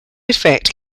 effect